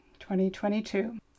2022